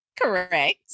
Correct